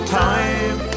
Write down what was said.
time